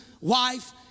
wife